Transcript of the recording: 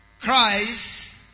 Christ